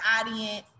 audience